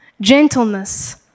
gentleness